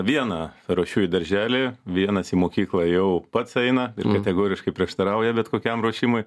vieną ruošiu į darželį vienas į mokyklą jau pats eina ir kategoriškai prieštarauja bet kokiam ruošimui